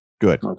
Good